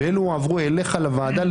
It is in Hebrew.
ואלה הועברו אליך לוועדה,